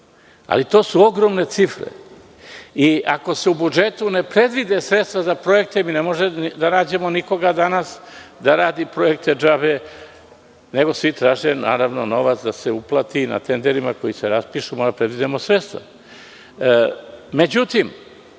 ali to su ogromne cifre. Ako se u budžetu ne predvide sredstva za projekte, ne možemo da nađemo nikoga danas da radi projekte džabe, nego svi traže da se novac uplati, na tenderima koji se raspišu moramo da predvidimo sredstva.Međutim,